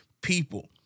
people